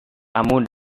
kamu